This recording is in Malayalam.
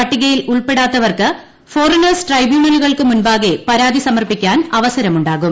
പട്ടികയിൽ ഉൾപ്പെടാത്തവർക്ക് ഫോറിനേഴ്സ് ട്രൈബ്യൂണലുകൾക്ക് മുമ്പാകെ പരാതി സമർപ്പിക്കാൻ അവസരമുണ്ടാക്കും